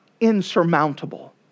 insurmountable